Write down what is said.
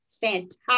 fantastic